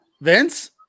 Vince